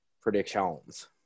predictions